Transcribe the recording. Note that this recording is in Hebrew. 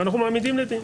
ואנחנו מעמידים לדין.